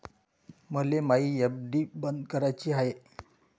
मले मायी एफ.डी बंद कराची हाय